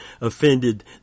offended